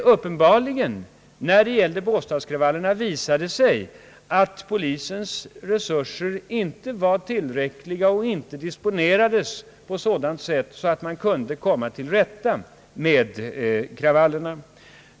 Jo, vi behöver ta upp den nu. Vid båstadskravallerna visade det sig nämligen att polisens resurser uppenbarligen inte var tillräckliga och inte disponerades på sådant sätt att man kunde komma till rätta med kravallerna.